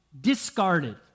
discarded